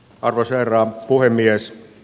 arvoisa herra puhemies